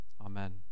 amen